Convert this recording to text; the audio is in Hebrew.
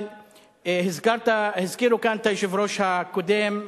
אבל הזכירו כאן את היושב-ראש הקודם.